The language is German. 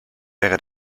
wäre